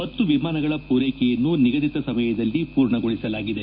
ಹತ್ತು ವಿಮಾನಗಳ ಪೂರೈಕೆಯನ್ನು ನಿಗದಿತ ಸಮಯದಲ್ಲಿ ಪೂರ್ಣಗೊಳಿಸಲಾಗಿದೆ